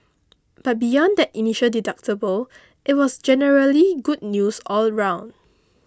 but beyond that initial deductible it was generally good news all round